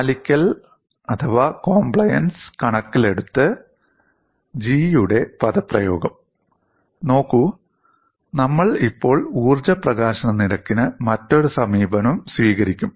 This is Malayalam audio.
പാലിക്കൽ കോംപ്ലയൻസ് കണക്കിലെടുത്ത് G യുടെ പദപ്രയോഗം നോക്കൂ നമ്മൾ ഇപ്പോൾ ഊർജ്ജ പ്രകാശന നിരക്കിന് മറ്റൊരു സമീപനം സ്വീകരിക്കും